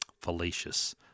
fallacious